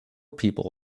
people